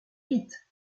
vite